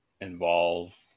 involve